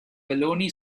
baloney